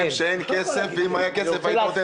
תגיד להם שאין כסף, ואם היה כסף היית נותן.